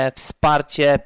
wsparcie